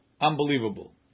unbelievable